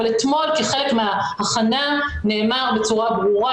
אבל אתמול כחלק מההכנה נאמר בצורה ברורה